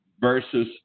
versus